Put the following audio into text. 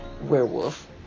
werewolf